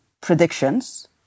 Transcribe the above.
predictions